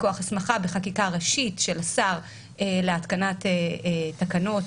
מכוח הסמכה בחקיקה ראשית של השר להתקנת תקנות,